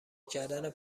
کردن